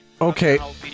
Okay